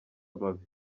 mabi